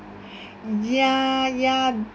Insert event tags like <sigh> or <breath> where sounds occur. <breath> ya ya